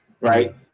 right